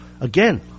again